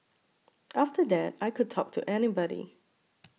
after that I could talk to anybody